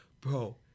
bro